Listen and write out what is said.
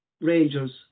Rangers